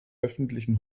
öffentlichen